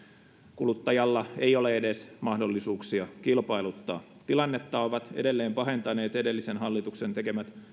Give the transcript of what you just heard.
kuluttajalla ei ole edes mahdollisuuksia kilpailuttaa tilannetta ovat edelleen pahentaneet edellisen hallituksen tekemät